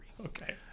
Okay